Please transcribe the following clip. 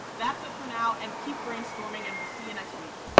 that's it for now and keep brainstorming, and we'll see you next week!